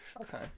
Okay